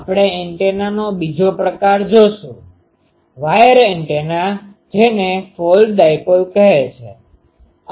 આપણે એન્ટેનાનો બીજો પ્રકાર જોશું વાયર એન્ટેના જેને ફોલ્ડ ડાઈપોલ કહે છે